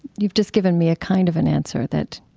you've just given me a kind of an answer that